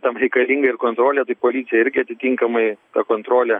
tam reikalingi ir kontrolė tai policija irgi atitinkamai ta kontrolė